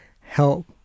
help